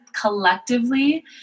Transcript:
collectively